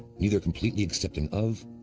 neither completely accepting of,